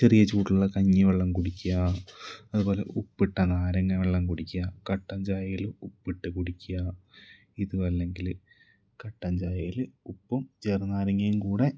ചെറിയ ചൂടുള്ള കഞ്ഞിവെള്ളം കുടിക്കുക അതുപോലെ ഉപ്പിട്ട നാരങ്ങ വെള്ളം കുടിക്കുക കട്ടൻ ചായയില് ഉപ്പിട്ട് കുടിക്കുക ഇതു അല്ലെങ്കില് കട്ടൻ ചായയില് ഉപ്പും ചെറുനാരങ്ങയും കൂടെ